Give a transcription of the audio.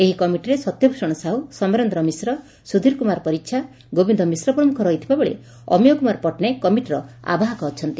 ଏହି କମିଟିରେ ସତ୍ୟଭୂଷଣ ସାହୁ ସମରେନ୍ଦ୍ର ମିଶ୍ର ସୁଧୂର କୁମାର ପରିଛା ଗୋବିନ୍ଦ ମିଶ୍ର ପ୍ରମୁଖ ରହିଥିବାବେଳେ ଅମୀୟ କୁମାର ପଟ୍ଟନାୟକ କମିଟିର ଆବାହକ ଅଛନ୍ତି